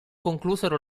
conclusero